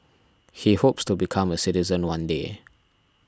he hopes to become a citizen one day